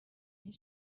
his